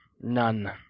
None